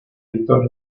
editor